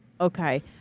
Okay